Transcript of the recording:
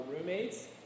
roommates